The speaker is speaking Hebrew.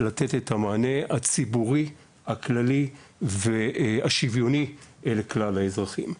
לתת את המענה הציבורי הכללי והשוויוני לכלל האזרחים.